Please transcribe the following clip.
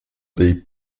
dei